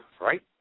right